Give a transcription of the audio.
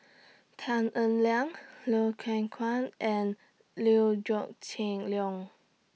Tan Eng Liang Loy Chye Kuan and Liew Geok Chin Leong